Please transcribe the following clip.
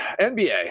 NBA